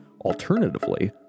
Alternatively